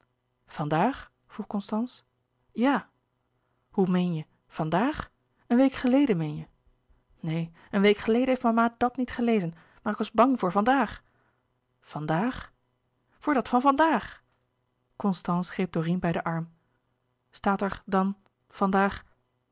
van daag vroeg constance ja hoe meen je van daag een week geleden meen je neen een week geleden heeft mama d at niet gelezen maar ik was bang voor van daag van daag voor dat van van daag constance greep dorine bij den arm staat er dan